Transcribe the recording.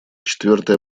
четвертый